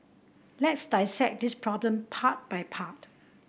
let's dissect this problem part by part